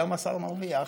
כמה שר מרוויח,